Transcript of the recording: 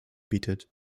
bietet